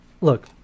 look